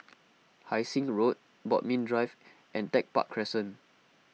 Hai Sing Road Bodmin Drive and Tech Park Crescent